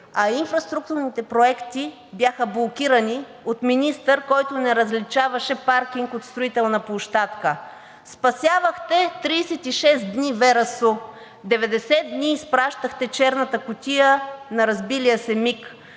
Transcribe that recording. а инфраструктурните проекти бяха блокирани от министър, който не различаваше паркинг от строителна площадка. Спасявахте 36 дни „Вера Су“, 90 дни изпращахте черната кутия на разбилия се МИГ,